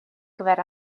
gyfer